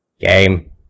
Game